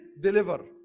deliver